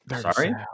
Sorry